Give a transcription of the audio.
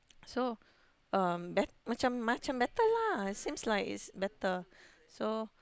so um bet~ macam macam better lah seems like it's better so